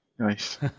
Nice